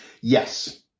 Yes